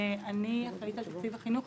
אני אחראית על תקציב החינוך,